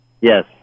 Yes